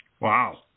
Wow